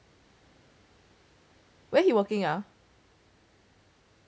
where he working ah